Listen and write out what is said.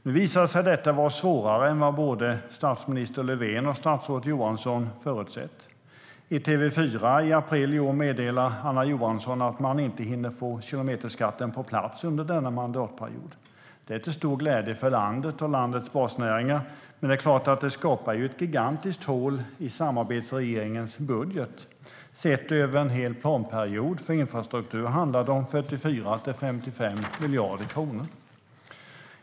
Nu visade sig detta vara svårare än vad både statsminister Löfven och statsrådet Johansson förutsett - i april i år meddelade Anna Johansson i TV4 att man inte hinner få kilometerskatten på plats under denna mandatperiod. Det är till stor glädje för landet och landets basnäringar, men det är klart att det skapar ett gigantiskt hål i samarbetsregeringens budget. Sett över en hel planperiod för infrastruktur handlar det om 44-55 miljarder kronor.